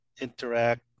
interact